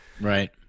Right